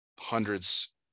hundreds